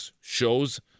shows